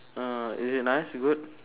uh is it nice good